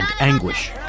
anguish